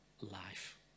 life